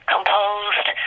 composed